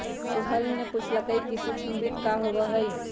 सोहन ने पूछल कई कि सूक्ष्म वित्त का होबा हई?